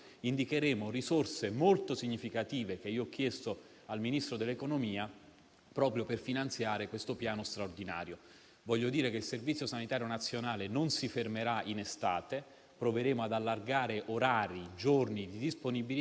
Abbiamo chiaramente bisogno di più risorse. Mi permetta qui solo di ricordare che negli ultimi cinque mesi sul Servizio sanitario nazionale sono state messe più risorse che negli ultimi cinque anni; non c'era mai stato nella storia di questo Paese